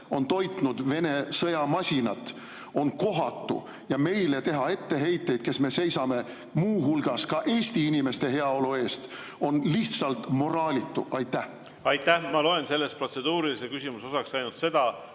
on toitnud Vene sõjamasinat, on kohatu. Ja teha etteheiteid meile, kes me seisame muu hulgas ka Eesti inimeste heaolu eest, on lihtsalt moraalitu. Aitäh! Ma loen selles [küsimuses] protseduurilise küsimuse osaks ainult seda,